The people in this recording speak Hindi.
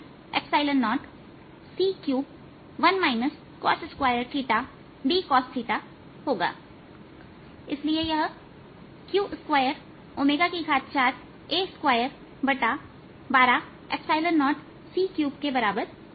इसलिए यहq24A2120 c3के बराबर होगा